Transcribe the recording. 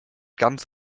ganz